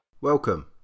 Welcome